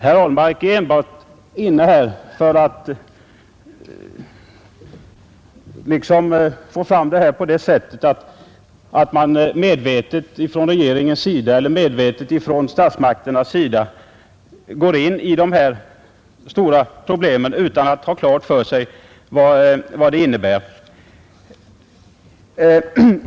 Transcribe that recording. Han tycks enbart vilja föra fram den åsikten att man från statsmakternas sida medvetet går in i de här stora problemen utan att ha klart för sig vad de innebär.